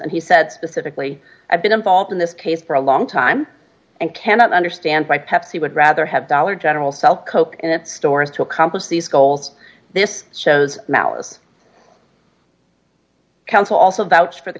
and he said specifically i've been involved in this case for a long time and cannot understand why pepsi would rather have dollar general south coke and stores to accomplish these goals this shows him our counsel also vouched for the